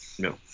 No